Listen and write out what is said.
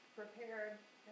prepared